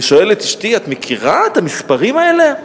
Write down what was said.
אני שואל את אשתי: את מכירה את המספרים האלה?